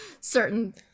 certain